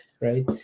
right